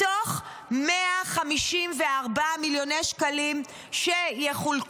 מתוך 154 מיליוני שקלים שיחולקו,